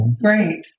Great